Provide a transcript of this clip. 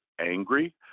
angry